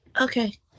Okay